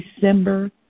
December